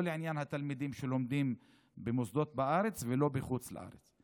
לא לעניין התלמידים שלומדים במוסדות בארץ ולא בחוץ לארץ.